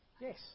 yes